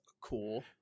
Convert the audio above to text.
cool